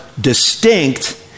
distinct